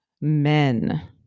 Men